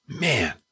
Man